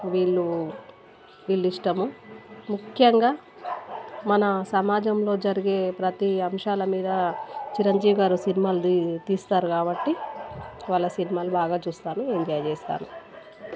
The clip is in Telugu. వీళ్ళు వీళ్ళు ఇష్టము ముఖ్యంగా మన సమాజంలో జరిగే ప్రతీ అంశాల మీద చిరంజీవి గారు సినిమాలు తీస్తారు కాబట్టి వాళ్ళ సినిమాలు బాగా చూస్తాను ఎంజాయ్ చేస్తాను